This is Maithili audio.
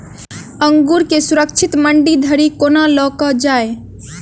अंगूर केँ सुरक्षित मंडी धरि कोना लकऽ जाय?